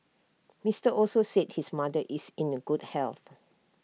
Mister Also said his mother is in A good health